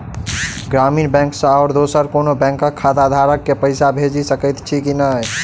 ग्रामीण बैंक सँ आओर दोसर कोनो बैंकक खाताधारक केँ पैसा भेजि सकैत छी की नै?